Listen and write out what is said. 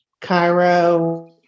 Cairo